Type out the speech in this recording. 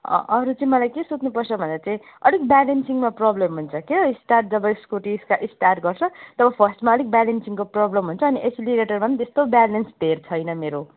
a अरू चाहिँ मलाई के सोध्नुपर्छ भन्दा चाहिँ अलिक ब्यालेन्सिङ्मा प्रोब्लम हुन्छ क्या स्टार्ट जब स्कुटी स्टा स्टार्ट गर्छ तब फर्स्टमा अलिक ब्यालेन्सिङको प्रोब्लम हुन्छ अनि एक्सिलिरेटरमा पनि त्यस्तो ब्यालेन्स धेर छैन मेरो